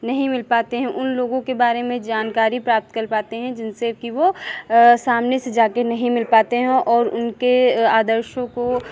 नहीं मिल पाते हैं उन लोगों के बारे में जानकारी प्राप्त कर पाते हैं जिनसे कि वो सामने से जाके नहीं मिल पाते हैं ओ और उनके आदर्शों को